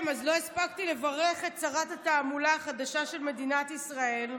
אז לא הספקתי לברך את שרת התעמולה החדשה של מדינת ישראל,